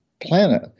planet